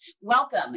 Welcome